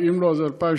ואם לא אז ב-2017,